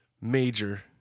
major